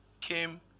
came